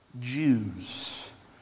Jews